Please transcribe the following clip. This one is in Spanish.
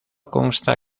consta